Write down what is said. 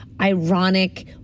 ironic